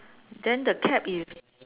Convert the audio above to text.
then the cap is